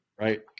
Right